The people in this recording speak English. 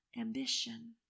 ambition